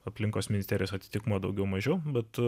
aplinkos ministerijos atitikmuo daugiau mažiau bet